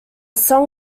song